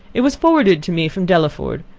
it was forwarded to me from delaford,